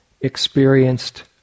experienced